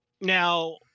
Now